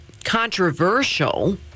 controversial